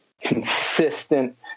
consistent